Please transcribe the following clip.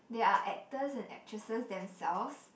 they are actors and actresses themselves